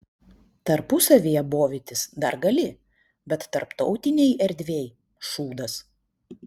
tarpusavyje bovytis dar gali bet tarptautinėj erdvėj šūdas